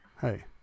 Hey